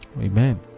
Amen